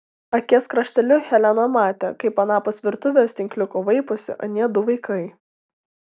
akies krašteliu helena matė kaip anapus virtuvės tinkliuko vaiposi anie du vaikiai